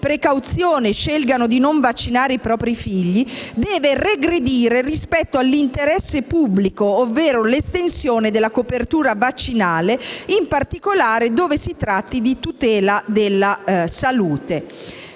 precauzione, scelgano di non vaccinare i propri figli, deve regredire rispetto all'interesse pubblico, ovvero l'estensione della copertura vaccinale, in particolare dove si tratti di tutela della salute.